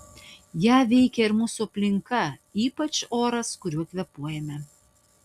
ją veikia ir mūsų aplinka ypač oras kuriuo kvėpuojame